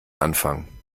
anfang